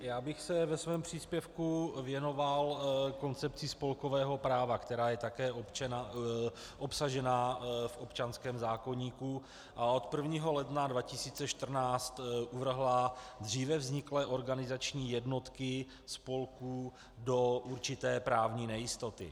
Já bych se ve svém příspěvku věnoval koncepci spolkového práva, která je také obsažena v občanském zákoníku a od 1. ledna 2014 uvrhla dříve vzniklé organizační jednotky spolků do určité právní nejistoty.